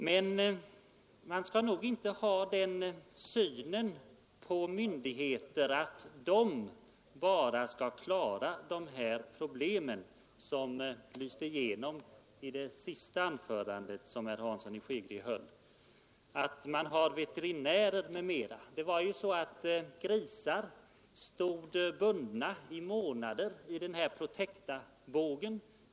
Men man skall däremot inte ha den synen på myndigheter — som lyste igenom i det senaste anförande som herr Hansson i Skegrie höll — att bara de skall klara problemen, varför ändrade bestämmelser inte är viktiga. Herr Hansson i Skegrie påpekade att det bl.a. finns veterinärer som kan sköta dessa uppgifter.